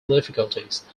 difficulties